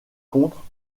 contre